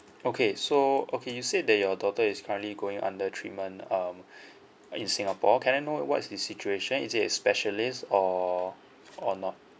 okay so okay you said that your daughter is currently going under treatment um uh in singapore can I know what is the situation is it a specialist or or not